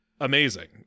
amazing